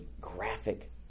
graphic